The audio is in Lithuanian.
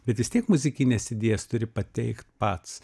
bet vis tiek muzikines idėjas turi pateikt pats